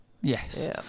yes